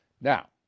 Now